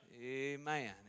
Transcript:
Amen